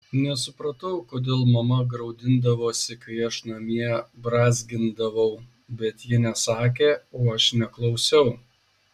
nesupratau kodėl mama graudindavosi kai aš namie brązgindavau bet ji nesakė o aš neklausiau